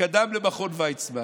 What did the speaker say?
שקדם למכון ויצמן